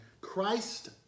Christ